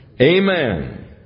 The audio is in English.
Amen